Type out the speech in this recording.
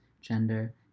gender